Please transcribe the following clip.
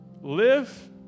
Live